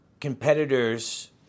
competitors